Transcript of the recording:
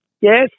yes